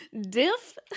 Diff